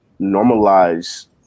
normalize